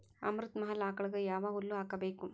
ಅಮೃತ ಮಹಲ್ ಆಕಳಗ ಯಾವ ಹುಲ್ಲು ಹಾಕಬೇಕು?